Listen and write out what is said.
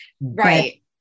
Right